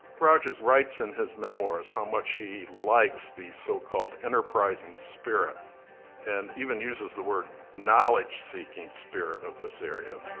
rogers writes in his memoirs how much he likes the so-called enterprising spirit and even uses the word knowledge seeking spirit of this area.